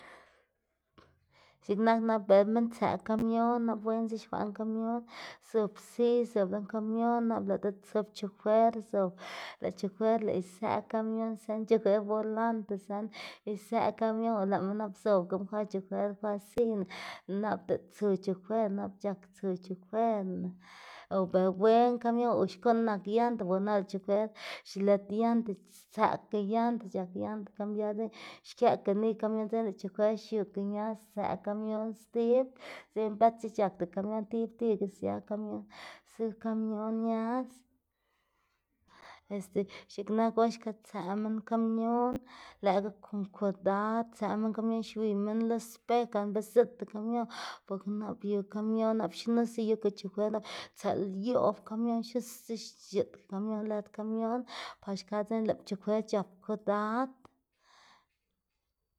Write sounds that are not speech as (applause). (noise) x̱iꞌk nak nap bela minn tsëꞌ kamion nap wen x̱uxkwaꞌ lën kamion zu zob siy zob lën kamion nap lëꞌ diꞌt zob chofer zob lëꞌ chofer lëꞌ izëꞌ kamion sën chofer bolante sën izëꞌ kamion o lëꞌma nap zobgama kwa chofer kwa siyna nap diꞌt tsu choferna nap c̲h̲ak tsu choferna o bela wen kamion o xkuꞌn nak yanta bo nap lëꞌ chofer xlit yanta stsëꞌka yanta c̲h̲ak yanta cabiar dzekna xkëꞌka niy kamion dzekna lëꞌ chofer xiuka ñaz stsëꞌ kamion stib dzekna bëtc̲h̲e c̲h̲akda kamion tib tibaga sia kamion zu kamion ñaz, este x̱iꞌk nak or xka tsëꞌ minn kamion lëꞌkga kon kodad tsëꞌ minn kamion xwiy minn lo spej gan be ziꞌdta kamiona boka nap yu kamion nap xnuse yuka chofer nap tsëꞌ yoꞌb kamion xnuse x̱iꞌdga kamion pa xka dzekna lëꞌ c̲h̲ap kodad. (noise)